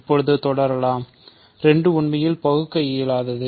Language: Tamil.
இப்போது தொடரலாம் 2 உண்மையில் பகுக்க முடியாதது